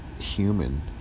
human